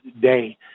day